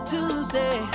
Tuesday